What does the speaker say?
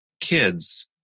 kids